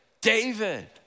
David